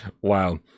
Wow